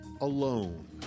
alone